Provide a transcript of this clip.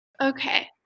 Okay